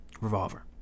revolver